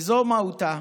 זאת מהותה